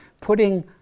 putting